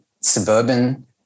suburban